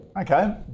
Okay